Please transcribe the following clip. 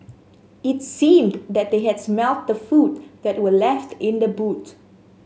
it seemed that they had smelt the food that were left in the boot